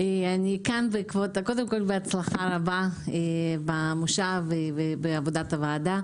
קודם כל בהצלחה רבה במושב ובעבודת הוועדה.